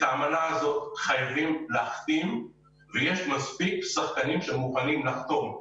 האמנה הזאת חייבים להחתים ויש מספיק שחקנים שמוכנים לחתום.